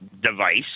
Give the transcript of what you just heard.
device